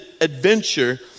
adventure